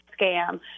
scam